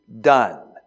done